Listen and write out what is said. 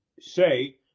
say